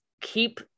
keep